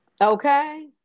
Okay